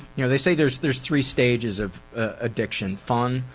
know they say theres theres three stages of addiction fun,